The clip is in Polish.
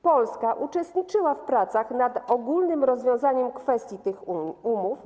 Polska uczestniczyła w pracach nad ogólnym rozwiązaniem kwestii tych umów.